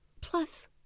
Plus